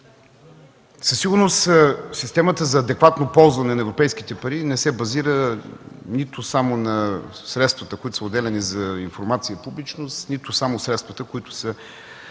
със сигурност системата за адекватно ползване на европейските пари не се базира нито само на средствата, които са отделяни за информация и публичност, нито само на средствата, които са